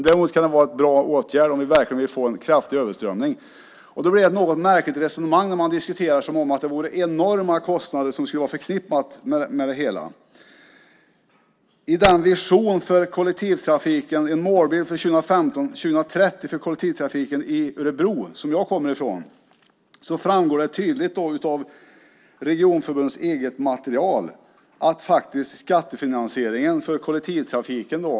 Däremot kan det vara en bra åtgärd om vi verkligen vill få en kraftig överströmning. Det blir ett något märkligt resonemang när man diskuterar som om det vore enorma kostnader som skulle vara förknippade med det hela. I en vision för kollektivtrafiken, Målbild för 2015-2030 för kollektivtrafiken i Örebroregionen , som jag kommer ifrån, framgår det tydligt av regionförbundets eget material att skattefinansieringen är hög för kollektivtrafiken.